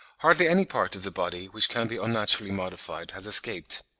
hardly any part of the body, which can be unnaturally modified, has escaped.